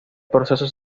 proceso